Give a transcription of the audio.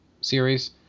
series